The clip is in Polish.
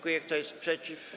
Kto jest przeciw?